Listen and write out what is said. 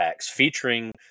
featuring